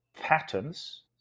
patterns